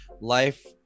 life